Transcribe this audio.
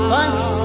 Thanks